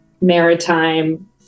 maritime